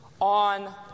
on